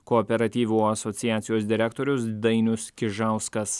kooperatyvų asociacijos direktorius dainius kižauskas